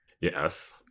Yes